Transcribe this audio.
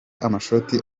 amashoti